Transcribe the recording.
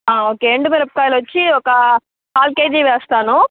okay ఎండుమిరపకాయలు వచ్చి ఒక కాల్ కేజీ వేస్తాను